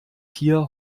hier